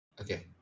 Okay